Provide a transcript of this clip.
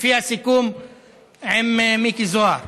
לפי הסיכום עם מיקי זוהר.